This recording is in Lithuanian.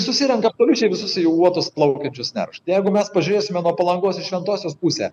susirenka absoliučiai visus uotus plaukiančius neršt jeigu mes pažiūrėsime nuo palangos į šventosios pusę